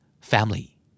family